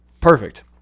perfect